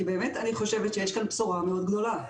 אני באמת חושבת שיש פה בשורה מאוד גדולה.